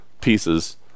pieces